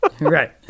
Right